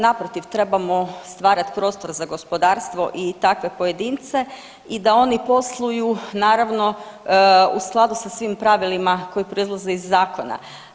Naprotiv trebamo stvarati prostor za gospodarstvo i takve pojedince i da oni posluju naravno u skladu sa svim pravilima koji proizlaze iz zakona.